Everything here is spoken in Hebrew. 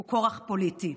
הוא כורח פוליטי.